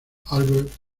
albert